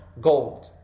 gold